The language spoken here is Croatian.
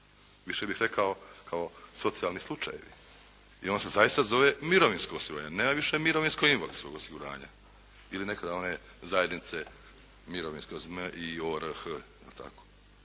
Više bih rekao kao socijalni slučajevi i on se zaista zove mirovinsko osiguranje. Nema više mirovinskog-invalidskog osiguranja ili nekada one zajednice mirovinskog ZM i ORH, je li tako.